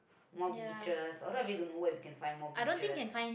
more beaches although I really don't know where we can find more beaches